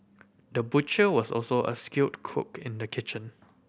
the butcher was also a skilled cook in the kitchen